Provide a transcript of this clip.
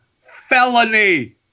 felony